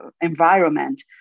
environment